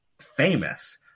famous